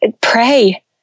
pray